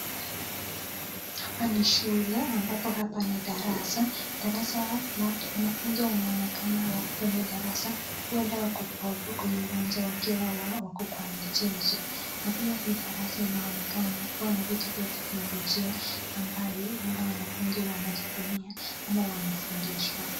Hapa ni shule ambapo hapa ni darasa, darasa wanafunzi wanaonekana hawako kwenye darasa huenda wako kwenye uwanja wakiwa wako kwa michezo na pia hii darasa inaonekana kuwa na vitu vya teknolojia ambayo huenda wanafunzi wanazitumia ama wanafundishwa.